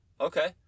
Okay